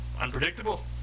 unpredictable